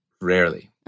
rarely